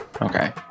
Okay